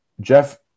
jeff